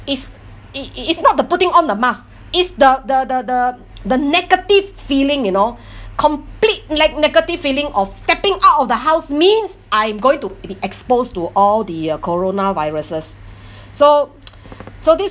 is it it it's not the putting on the mask it's the the the the the negative feeling you know complete like negative feeling of stepping out of the house means I'm going to be exposed to all the uh coronaviruses so so this